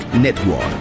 Network